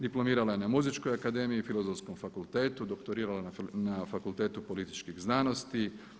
Diplomirala je na Muzičkoj akademiji i Filozofskom fakultetu, doktorirala na Fakultetu političkih znanosti.